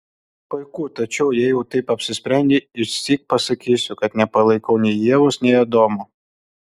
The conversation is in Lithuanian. puiku tačiau jei jau taip apsisprendei išsyk pasakysiu kad nepalaikau nei ievos nei adomo